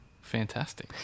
fantastic